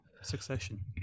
succession